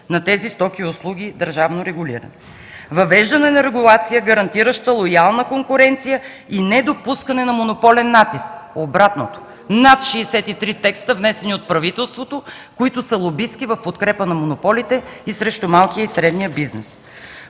на тези стоки и услуги, държавно регулирани. „Въвеждане на регулация, гарантираща лоялна конкуренция и недопускане на монополен натиск”. Обратното – над 63 текста, внесени от правителството, които са лобистки, в подкрепа на монополите и срещу малкия и средния бизнес.